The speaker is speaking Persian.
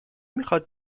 میخواد